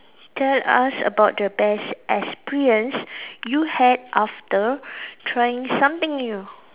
tell us about the best experience you had after trying something new